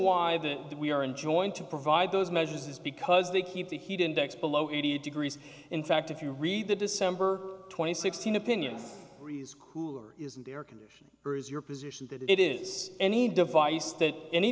that that we are enjoying to provide those measures is because they keep the heat index below eighty degrees in fact if you read the december twenty sixth in opinions rees cooler is in the air condition or is your position that it is any device that any